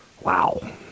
Wow